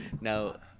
Now